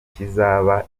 kizaba